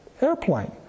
airplane